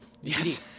Yes